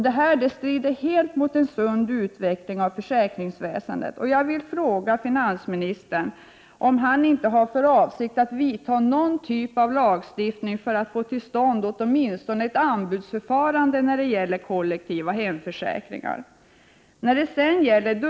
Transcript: Detta strider helt mot en sund utveckling av försäkringsväsendet. Jag vill fråga finansministern om han inte hår för avsikt att vidta någon typ av lagstiftning för att få till stånd åtminstone ett anbudsförfarande när det gäller kollektiva hemförsäkringar.